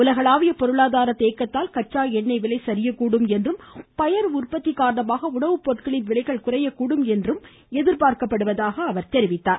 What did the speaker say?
உலகளாவிய பொருளாதார தேக்கத்தால் கச்சா எண்ணெய் விலை சரியக்கூடும் என்றும் பயிர் உற்பத்தி காரணமாக உணவு பொருட்களின் விலைகள் குறையக்கூடும் என எதிர்பார்க்கப்படுவதாக அவர் கூறினார்